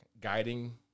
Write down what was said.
guiding